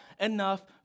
enough